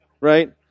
right